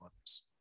others